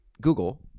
Google